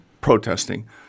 protesting